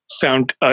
found